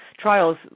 trials